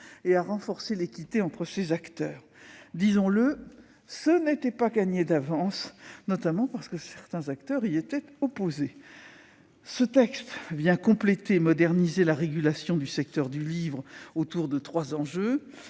et à renforcer l'équité et la confiance entre ses acteurs. Disons-le, ce n'était pas gagné d'avance, notamment parce que certains acteurs y étaient opposés. Ce texte vient compléter et moderniser la régulation du secteur du livre autour de trois enjeux